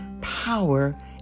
power